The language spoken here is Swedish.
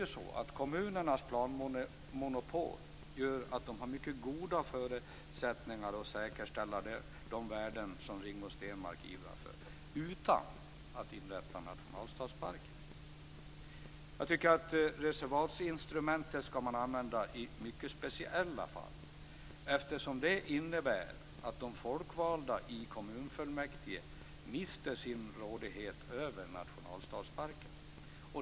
Kommunernas planmonopol gör att de har mycket goda förutsättningar att säkerställa de värden som Rigmor Stenmark ivrar för utan att inrätta nationalstadsparker. Reservatinstrumentet ska man använda i mycket speciella fall, eftersom det innebär att de folkvalda i kommunfullmäktige mister sin rådighet över nationalstadsparken.